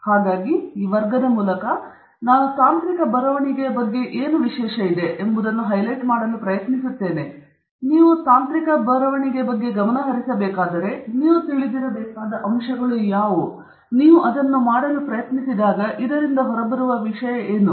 ಹಾಗಾಗಿ ಈ ವರ್ಗದ ಮೂಲಕ ನಾನು ತಾಂತ್ರಿಕ ಬರವಣಿಗೆಯ ಬಗ್ಗೆ ವಿಶೇಷ ಏನು ಹೈಲೈಟ್ ಮಾಡಲು ಪ್ರಯತ್ನಿಸುತ್ತೇನೆ ನೀವು ತಾಂತ್ರಿಕ ಬರವಣಿಗೆ ಬಗ್ಗೆ ಗಮನ ಹರಿಸಬೇಕಾದರೆ ನೀವು ತಿಳಿದಿರಬೇಕಾದ ಅಂಶಗಳು ಯಾವುವು ನೀವು ಅದನ್ನು ಮಾಡಲು ಪ್ರಯತ್ನಿಸಿದಾಗ ಇದರಿಂದ ಹೊರಬರುವ ವಿಷಯ ಏನು